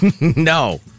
No